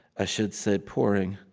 i should say, pouring,